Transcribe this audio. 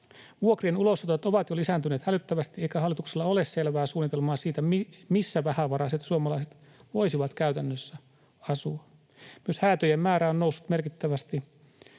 Vuokrien ulosotot ovat jo lisääntyneet hälyttävästi, eikä hallituksella ole selvää suunnitelmaa siitä, missä vähävaraiset suomalaiset voisivat käytännössä asua. Myös häätöjen määrä on noussut merkittävästi